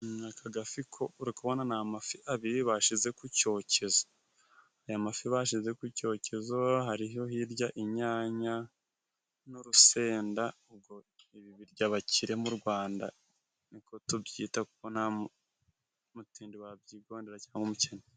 Aka gafi ko uri kubona ni amafi abiri bashize ku cyokezo. Aya mafi bashize ku cyokezo, hariho hirya inyanya n'urusenda ngo ibi birya abakire mu Rwanda, niko tubyita kuko nta mutindi wabyigondera cyangwa umukene.